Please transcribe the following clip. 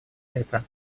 это